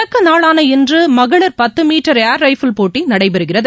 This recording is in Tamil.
தொடக்க நாளான இன்று மகளிர் பத்து மீட்டர் ஏர் ரைஃபிள் போட்டி நடைபெறுகிறது